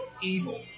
Evil